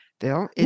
Bill